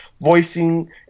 voicing